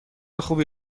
خوبی